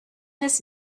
this